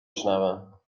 شنوم